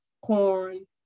corn